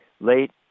late